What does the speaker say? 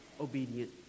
obedient